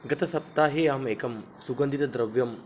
गतसप्ताहे अहम् एकं सुगन्धितद्रव्यं